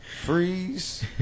freeze